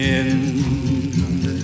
end